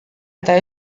eta